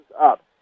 up